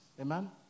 Amen